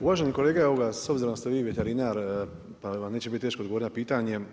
Uvaženi kolega, evo ga s obzirom da ste vi veterinar, pa vam neće biti teško odgovoriti na pitanje.